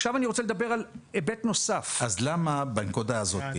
עכשיו אני רוצה לדבר על היבט נוסף -- אז למה בנקודה הזאת